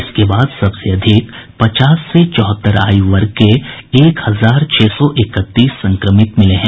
इसके बाद सबसे अधिक पचास से चौहत्तर आयु वर्ग के एक हजार छह सौ इकतीस संक्रमित हैं